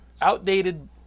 outdated